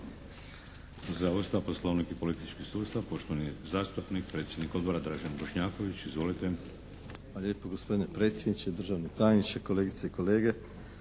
Za Ustav, Poslovnik i politički sustav, poštovani zastupnik, predsjednik odbora Dražen Bošnjaković. Izvolite! **Bošnjaković, Dražen (HDZ)** Hvala lijepa gospodine predsjedniče, državni tajniče, kolegice i kolege.